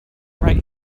right